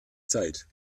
zeit